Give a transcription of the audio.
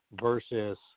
versus